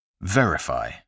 Verify